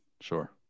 sure